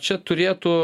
čia turėtų